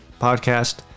podcast